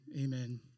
amen